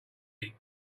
heat